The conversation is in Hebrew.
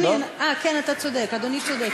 אה, אדוני צודק.